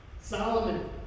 Solomon